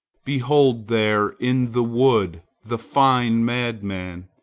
behold there in the wood the fine madman!